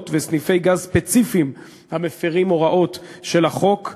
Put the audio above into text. ובסניפי גז ספציפיים המפרים הוראות של החוק,